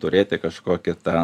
turėti kažkokią ten